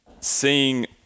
seeing